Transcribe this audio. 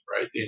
right